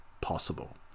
possible